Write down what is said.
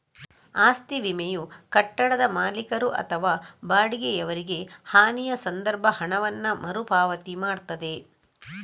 ಆಸ್ತಿ ವಿಮೆಯು ಕಟ್ಟಡದ ಮಾಲೀಕರು ಅಥವಾ ಬಾಡಿಗೆಯವರಿಗೆ ಹಾನಿಯ ಸಂದರ್ಭ ಹಣವನ್ನ ಮರು ಪಾವತಿ ಮಾಡ್ತದೆ